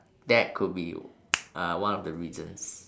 that could be uh one of the reasons